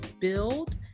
build